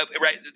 right